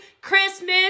Christmas